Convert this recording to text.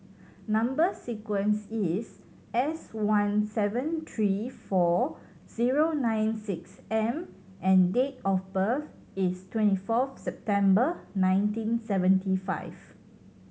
number sequence is S one seven three four zero nine six M and date of birth is twenty fourth September nineteen seventy five